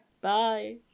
Bye